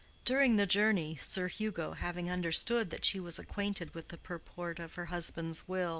during the journey, sir hugo, having understood that she was acquainted with the purport of her husband's will,